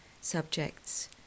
subjects